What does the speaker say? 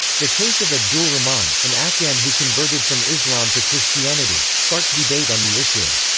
the case of abdul rahman, an afghan who converted from islam to christianity, sparked debate on the issue.